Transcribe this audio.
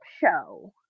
show